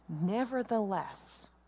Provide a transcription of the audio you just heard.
Nevertheless